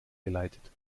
geleitet